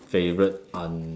favourite un~